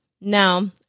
Now